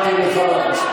בגללך.